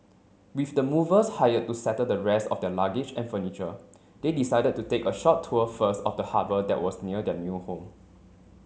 with the movers hired to settle the rest of their luggage and furniture they decided to take a short tour first of the harbour that was near their new home